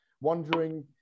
wondering